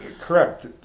correct